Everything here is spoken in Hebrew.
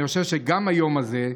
אני חושב שגם היום הזה,